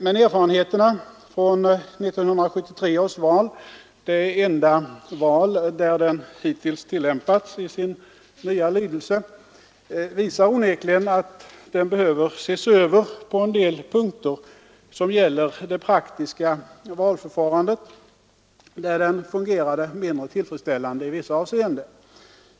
Men erfarenheterna från 1973 års val — det enda val där den hittills tillämpats i sin nya lydelse — visar onekligen att den behöver ses över på en del punkter som gäller det praktiska valförfarandet, där den fungerat mindre tillfredsställande i vissa avseenden.